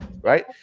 Right